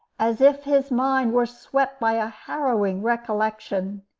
as if his mind were swept by a harrowing recollection.